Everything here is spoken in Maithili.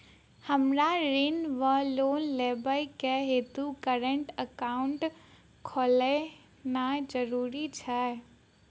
हमरा ऋण वा लोन लेबाक हेतु करेन्ट एकाउंट खोलेनैय जरूरी छै?